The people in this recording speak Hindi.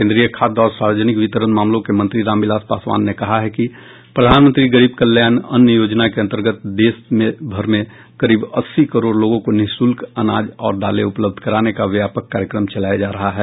केन्द्रीय खाद्य और सार्वजनिक वितरण मामलों के मंत्री रामविलास पासवान ने कहा है कि प्रधानमंत्री गरीब कल्याण अन्न योजना के अंतर्गत देशभर में करीब अस्सी करोड लोगों को निशुल्क अनाज और दालें उपलब्ध कराने का व्यापक कार्यक्रम चलाया जा रहा है